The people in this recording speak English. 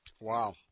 Wow